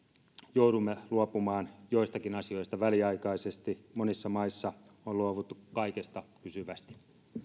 joudumme luopumaan joistakin asioita väliaikaisesti monissa maissa on luovuttu kaikesta pysyvästi